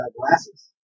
glasses